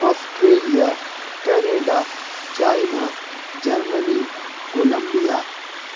Australia Canada China Germany Columbia